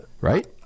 right